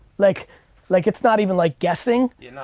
like like it's not even like guessing. yeah, no,